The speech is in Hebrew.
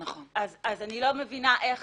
אני לא מבינה איך